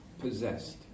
possessed